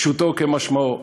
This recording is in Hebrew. פשוטו כמשמעו,